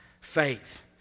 faith